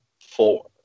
four